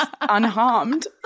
unharmed